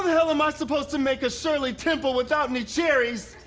hell am i supposed to make a shirley temple without any cherries?